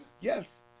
Yes